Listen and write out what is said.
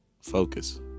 focus